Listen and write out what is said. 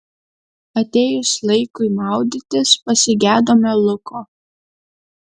atėjus laikui maudytis pasigedome luko